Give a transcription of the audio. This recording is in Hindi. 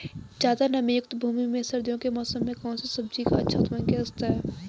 ज़्यादा नमीयुक्त भूमि में सर्दियों के मौसम में कौन सी सब्जी का अच्छा उत्पादन किया जा सकता है?